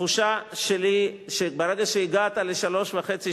התחושה שלי היא שברגע שהגעת לשלוש שנים וחצי,